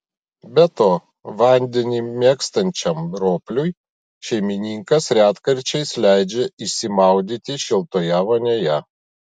be to vandenį mėgstančiam ropliui šeimininkas retkarčiais leidžia išsimaudyti šiltoje vonioje